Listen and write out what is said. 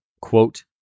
quote